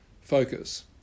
focus